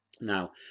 Now